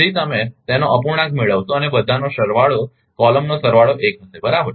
તેથી તમે તેનો અપૂર્ણાંક મેળવશો અને બધાનો સરવાળો કોલમનો સરવાળો 1 હશે બરાબર